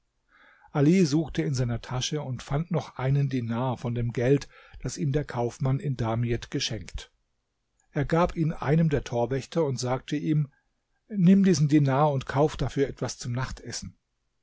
ali suchte in seiner tasche und fand noch einen dinar von dem geld das ihm der kaufmann in damiet geschenkt er gab ihn einem der torwächter und sagte ihm nimm diesen dinar und kauf dafür etwas zum nachtessen